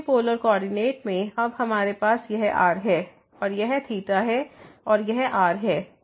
क्योंकि polar coordinate में अब हमारे पास यह r है और यह ϴ है और यह r है